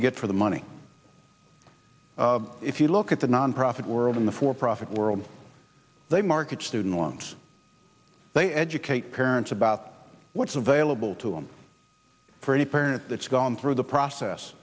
you get for the money if you look at the nonprofit world in the for profit world they market student loans they educate parents about what's available to them for any parent that's gone through the process